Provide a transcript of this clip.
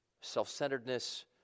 self-centeredness